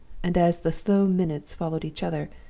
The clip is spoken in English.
and as the slow minutes followed each other,